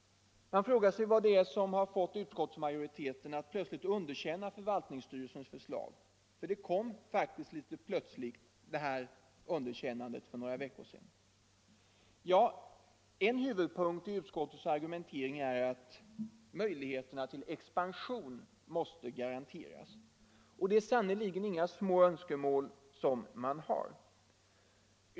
Vad är det nu som fått utskottsmajoriteten att plötsligt underkänna förvaltningsstyrelsens förslag, för det kom faktiskt litet plötsligt för några veckor sedan? Ja, en huvudpunkt i utskottets argumentering är att möjligheterna till expansion måste garanteras. Det är sannerligen inga små önskemål man har.